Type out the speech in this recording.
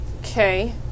Okay